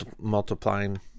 multiplying